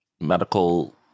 medical